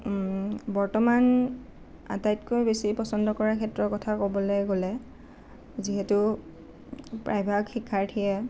বৰ্তমান আটাইতকৈ বেছি পচন্দ কৰা ক্ষেত্ৰৰ কথা ক'বলৈ গ'লে যিহেতু প্ৰায়ভাগ শিক্ষাৰ্থীয়ে